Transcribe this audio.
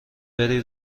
بری